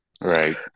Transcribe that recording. Right